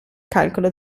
calcolo